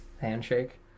Handshake